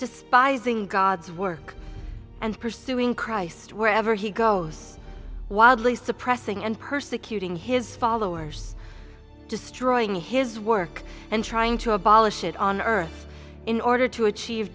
despising god's work and pursuing christ wherever he goes wildly suppressing and persecuting his followers destroying his work and trying to abolish it on earth in order to achieve